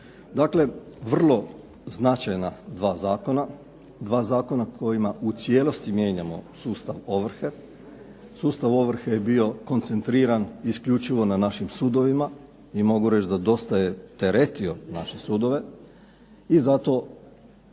Dakle vrlo značajna dva zakona, dva zakona kojima u cijelosti mijenjamo sustav ovrhe. Sustav ovrhe je bio koncentriran isključivo na našim sudovima, i mogu reći da dosta je teretio naše sudove, i zato